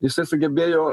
jisai sugebėjo